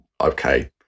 okay